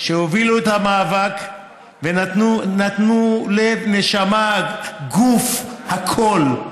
שהובילו את המאבק ונתנו לב, נשמה, גוף, הכול,